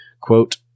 Quote